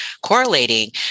correlating